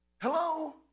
Hello